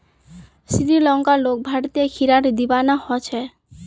श्रीलंकार लोग भारतीय खीरार दीवाना ह छेक